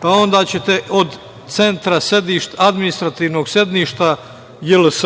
pa onda ćete od centra administrativnog sedišta JLS.